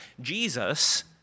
Jesus